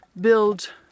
build